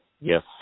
Yes